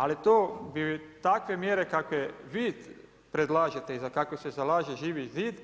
Ali, to bi takve mjere, kakve pri predlažete i za kakve se zalaže Živi zid,